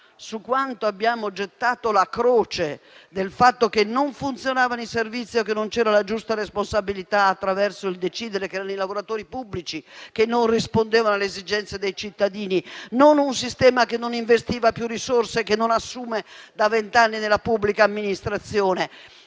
su quanto abbiamo gettato la croce sul fatto che, poiché non funzionavano i servizi e non c'era una giusta responsabilità, erano i lavoratori pubblici a non rispondere alle esigenze dei cittadini, e non il sistema che non investiva più risorse e che non assumeva da vent'anni della pubblica amministrazione?